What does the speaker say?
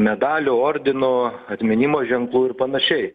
medalių ordinų atminimo ženklų ir panašiai